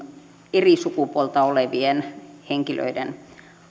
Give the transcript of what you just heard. eri sukupuolta olevien henkilöiden